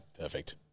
perfect